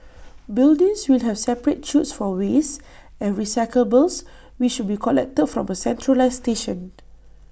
buildings will have separate chutes for waste and recyclables which be collected from A centralised station